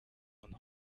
and